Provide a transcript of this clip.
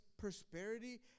prosperity